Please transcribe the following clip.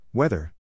Weather